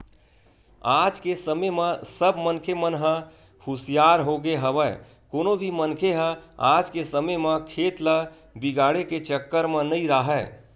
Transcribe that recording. आज के समे म सब मनखे मन ह हुसियार होगे हवय कोनो भी मनखे ह आज के समे म खेत ल बिगाड़े के चक्कर म नइ राहय